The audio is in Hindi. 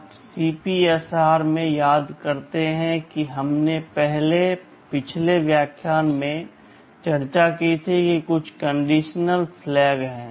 आप CPSR में याद करते हैं कि हमने अपने पिछले व्याख्यानों में चर्चा की थी कि कुछ कंडीशन फ्लैग हैं